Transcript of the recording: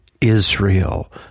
Israel